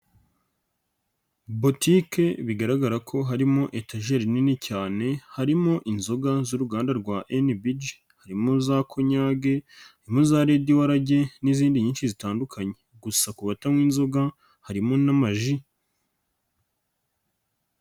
Botike bigaragara ko harimo etajeri nini cyane harimo inzoga z'uruganda rwa NBG harimo za Konyage, harimo za Red Warage n'izindi nyinshi zitandukanye gusa ku batanywa inzoga harimo n'amaji.